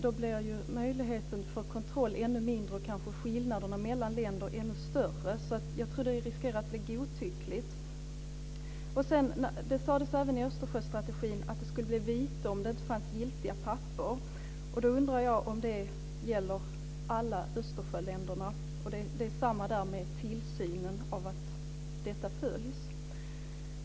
Då blir möjligheten till kontroll ännu mindre och skillnaderna mellan länderna ännu större. Tillämpningen riskerar då att bli godtycklig. Det sades i Östersjöstrategin att det skulle införas vite om det inte fanns giltiga papper. Då undrar jag om detta och tillsynen av att det följs gäller alla Östersjöländer.